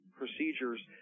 procedures